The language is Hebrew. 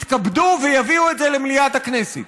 יתכבדו ויביאו את זה למליאת הכנסת.